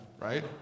right